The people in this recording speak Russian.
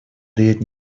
дает